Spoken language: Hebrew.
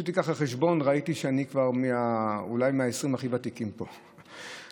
עשיתי חשבון וראיתי שאני אולי מה-20 הכי ותיקים פה בבניין.